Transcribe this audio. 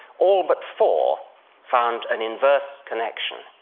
all but four found an inverse connection.